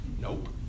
Nope